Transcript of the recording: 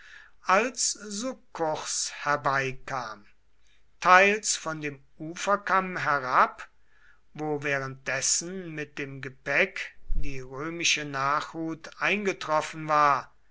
als succurs herbeikam teils von dem uferkamm herab wo währenddessen mit dem gepäck die römische nachhut eingetroffen war